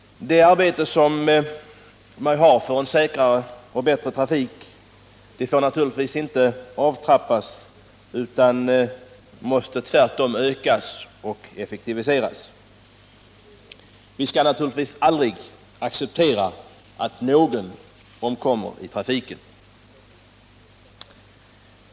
Det arbete som bedrivs för att säkra en bättre trafik får naturligtvis inte avtrappas utan måste tvärtom ökas och effektiviseras. Vi skall naturligtvis aldrig acceptera att någon omkommer i trafiken.